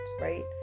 right